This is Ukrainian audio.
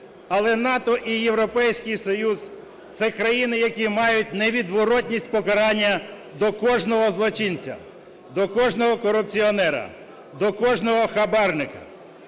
Але НАТО і Європейський Союз – це країни, які мають невідворотність покарання до кожного злочинця, до кожного корупціонера, до кожного хабарника.